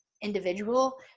individual